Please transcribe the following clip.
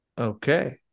Okay